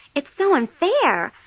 it's so unfair.